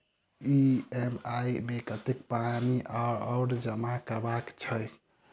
EMI मे कतेक पानि आओर जमा करबाक छैक?